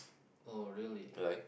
oh really